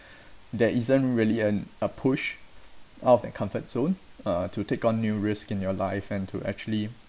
there isn't really a a push out of that comfort zone uh to take on new risk in your life and to actually